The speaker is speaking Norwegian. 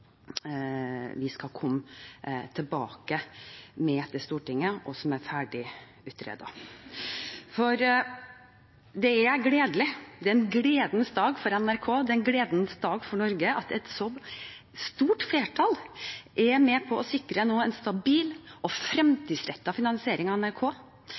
komme tilbake til Stortinget med ferdig utredet. Det er en gledens dag for NRK og for Norge at et så stort flertall nå er med på å sikre en stabil og framtidsrettet finansiering av NRK